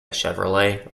chevrolet